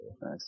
Nice